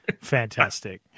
Fantastic